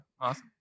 Awesome